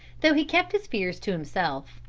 though he kept his fears to himself.